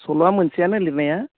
सल'आ मोनसेयानो लिरनाया